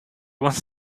wants